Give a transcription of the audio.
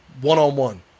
one-on-one